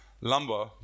lumber